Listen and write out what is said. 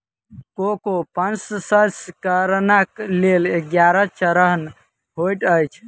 cocoa प्रसंस्करणक लेल ग्यारह चरण होइत अछि